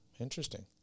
Interesting